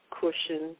cushion